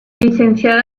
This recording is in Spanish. licenciado